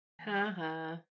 Ha-ha